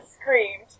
screamed